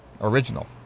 original